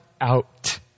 out